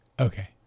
Okay